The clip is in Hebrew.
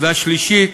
והשלישית,